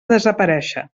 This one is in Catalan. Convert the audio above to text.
desaparéixer